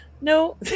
no